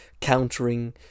countering